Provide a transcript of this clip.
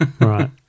Right